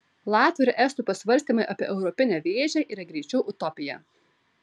latvių ir estų pasvarstymai apie europinę vėžę yra greičiau utopija